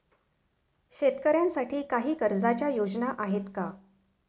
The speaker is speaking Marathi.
शेतकऱ्यांसाठी काही कर्जाच्या योजना आहेत का?